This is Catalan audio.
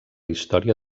història